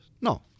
No